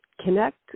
connect